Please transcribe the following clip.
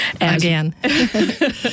again